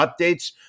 updates